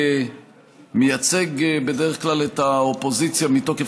שמייצג בדרך כלל את האופוזיציה מתוקף